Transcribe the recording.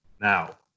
Now